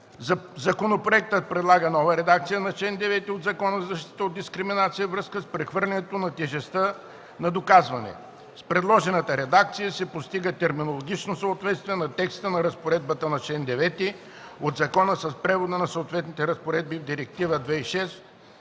Законопроектът предлага нова редакция на чл. 9 от Закона за защита от дискриминация във връзка с прехвърлянето на тежестта на доказване. С предложената редакция се постига терминологично съответствие на текста на разпоредбата на чл. 9 от закона с превода на съответните разпоредби в Директива